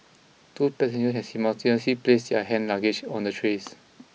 two passengers can simultaneously place their hand luggage on the trays